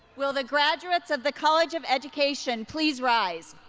will the graduates of the college of education pleaserise.